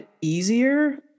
easier